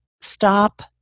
stop